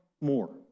more